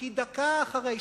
כי דקה אחרי,